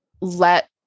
let